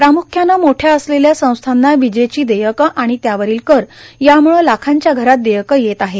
प्रामुख्यानं मोठ्या असलेल्या संस्थांना विजेचे देयकं आणि त्यावरील कर यामुळ लाखांच्या घरात देयकं येत आहे